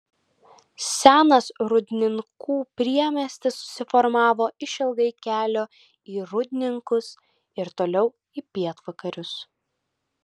senas rūdninkų priemiestis susiformavo išilgai kelio į rūdninkus ir toliau į pietvakarius